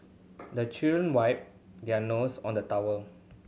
the children wipe their nose on the towel